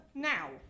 Now